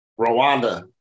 Rwanda